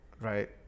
Right